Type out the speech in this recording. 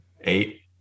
eight